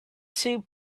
two